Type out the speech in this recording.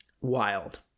Wild